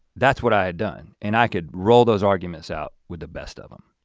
that's what i had done and i could roll those arguments out with the best of them.